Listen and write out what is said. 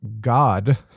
god